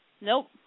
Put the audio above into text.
nope